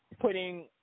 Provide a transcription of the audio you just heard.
putting